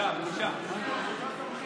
בושה, בושה.